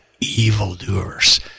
evildoers